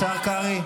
השר קרעי.